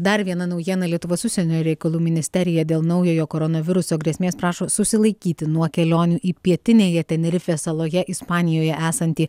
dar viena naujiena lietuvos užsienio reikalų ministerija dėl naujojo koronaviruso grėsmės prašo susilaikyti nuo kelionių į pietinėje tenerifės saloje ispanijoje esantį